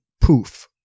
poof